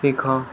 ଶିଖ